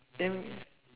and